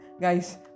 Guys